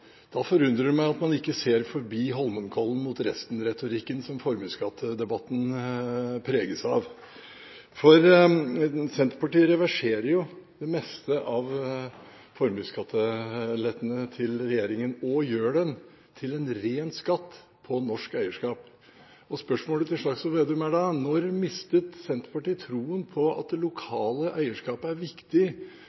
Da forundrer det meg at man ikke ser forbi Holmenkollen mot resten-retorikken, som debatten om formuesskatt preges av. Senterpartiet reverserer det meste av formuesskattelettene til regjeringen og gjør formuesskatten til en ren skatt på norsk eierskap. Spørsmålet til Slagsvold Vedum er: Når mistet Senterpartiet troen på at det